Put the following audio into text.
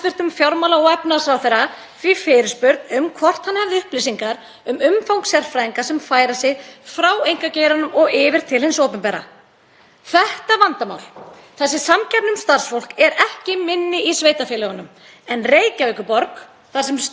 Þetta er vandamál. Þessi samkeppni um starfsfólk er ekki minni í sveitarfélögunum en Reykjavíkurborg, þar sem stjórnsýslan hefur þanist út, hefur m.a. nýlega ákveðið að fara í samkeppni við einkaaðila um tæknimenntaða sérfræðinga við stafræna umbreytingu í borginni.